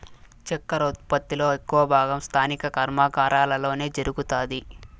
చక్కర ఉత్పత్తి లో ఎక్కువ భాగం స్థానిక కర్మాగారాలలోనే జరుగుతాది